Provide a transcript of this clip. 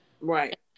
right